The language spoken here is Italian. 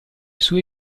sue